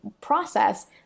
process